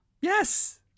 Yes